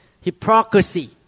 hypocrisy